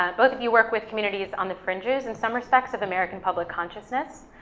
um both of you work with communities on the fringes in some respects of american public consciousness.